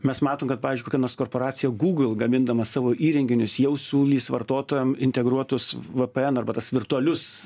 mes matom kad pavyzdžiui kokia nors korporacija gūgl gamindama savo įrenginius jau siūlys vartotojam integruotus vėpėen arba tas virtualius